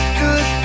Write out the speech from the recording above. good